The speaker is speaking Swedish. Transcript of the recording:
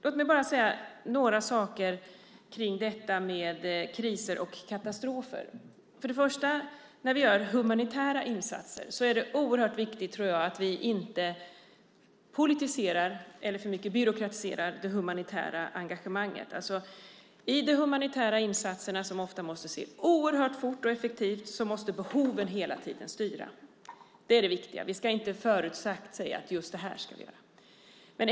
Låt mig bara säga några saker om detta med kriser och katastrofer. När vi gör humanitära insatser är det oerhört viktigt att vi inte politiserar eller för mycket byråkratiserar det humanitära engagemanget. I de humanitära insatserna som ofta måste ske oerhört fort och effektivt måste behoven hela tiden styra. Det är det viktiga. Vi ska inte på förhand säga att just detta ska vi göra.